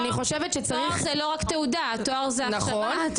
ופה זה לא רק תעודה תואר זה הגשמה,